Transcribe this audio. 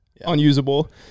Unusable